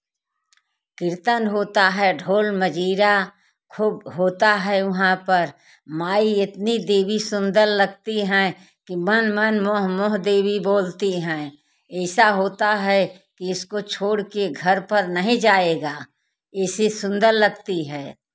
कीर्तन होता है ढोल मंजीरा होता है वहाँ पर माई इतनी देवी सुंदर लगती हैं कि मन मन मोह मोह देवी बोलती हैं ऐसा होता है इसको छोड़ कर घर पर नहीं जाएगा ऐसी सुंदर लगती है